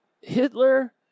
Hitler